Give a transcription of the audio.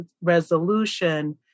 resolution